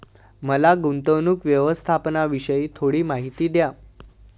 मला गुंतवणूक व्यवस्थापनाविषयी थोडी माहिती द्या